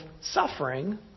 suffering